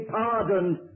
pardoned